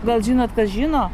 gal žinot kas žino